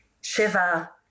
Shiva